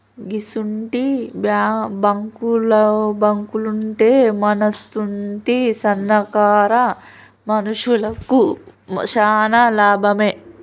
గిసుంటి బాంకులుంటే మనసుంటి సన్నకారు మనుషులకు శాన లాభమే